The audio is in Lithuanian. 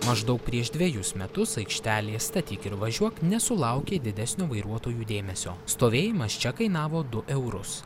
maždaug prieš dvejus metus aikštelė statyk ir važiuok nesulaukė didesnio vairuotojų dėmesio stovėjimas čia kainavo du eurus